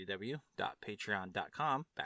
www.patreon.com